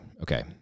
Okay